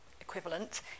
equivalent